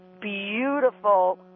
beautiful